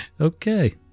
Okay